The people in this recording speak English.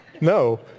No